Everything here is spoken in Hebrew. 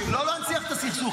לא להנציח את הסכסוך.